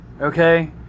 Okay